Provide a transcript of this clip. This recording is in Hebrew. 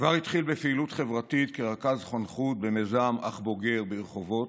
הוא כבר התחיל בפעילות חברתית כרכז חונכות במיזם "אח בוגר" ברחובות.